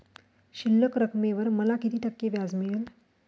शिल्लक रकमेवर मला किती टक्के व्याज मिळेल?